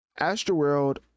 Astroworld